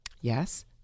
Yes